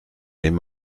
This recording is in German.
dem